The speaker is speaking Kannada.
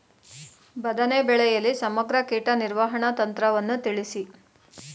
ಬದನೆ ಬೆಳೆಯಲ್ಲಿ ಸಮಗ್ರ ಕೀಟ ನಿರ್ವಹಣಾ ತಂತ್ರವನ್ನು ತಿಳಿಸಿ?